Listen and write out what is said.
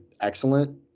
excellent